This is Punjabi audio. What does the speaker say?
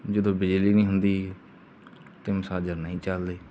ਜਦੋਂ ਬਿਜਲੀ ਨਹੀਂ ਹੁੰਦੀ ਅਤੇ ਮਸਾਜਰ ਨਹੀਂ ਚਲਦੇ